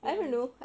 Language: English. you know